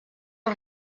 els